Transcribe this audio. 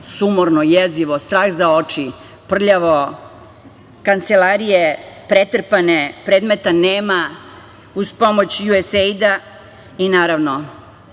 sumorno, jezivo, strah za oči, prljavo, kancelarije pretrpane, predmeta nema. Uz pomoć USAD-a i naravno